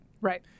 Right